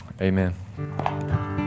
Amen